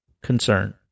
concern